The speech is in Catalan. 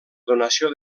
donació